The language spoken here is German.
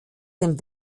dem